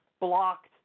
blocked